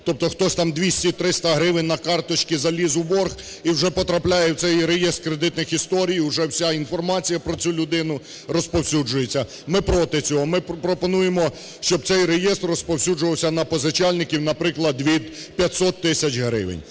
тобто хтось там 200-300 гривень на карточке заліз у борг і уже потрапляє в цей реєстр кредитних історій, уже вся інформація по цю людину розповсюджується. Ми – проти цього, ми пропонуємо, щоб цей реєстр розповсюджувався на позичальників, наприклад, від 500 тисяч гривень.